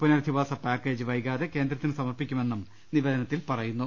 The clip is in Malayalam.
പുനരധിവാസ പാക്കേജ് വൈകാതെ കേന്ദ്രത്തിന് സമർപ്പിക്കുമെന്നും നിവേദന ത്തിൽ പറയുന്നു